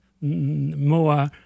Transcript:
more